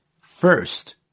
first